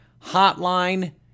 hotline